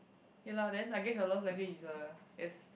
ya lah then I guess a love language is a is